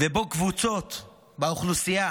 שבו קבוצות באוכלוסייה